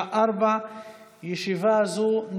בשעה 16:00. ישיבה זו